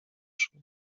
szło